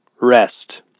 Rest